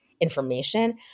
information